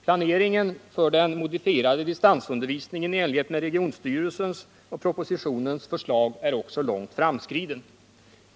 Planeringen för den modifierade distansundervisningen i enlighet med regionstyrelsens och propositionens förslag är också långt framskriden.